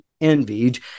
envied